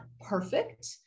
perfect